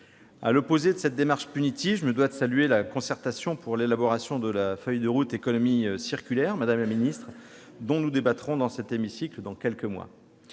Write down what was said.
À l'opposé de cette démarche punitive, je me dois de saluer la concertation pour l'élaboration de la feuille de route pour l'économie circulaire, madame la secrétaire d'État, dont nous débattrons dans cet hémicycle dans quelques mois.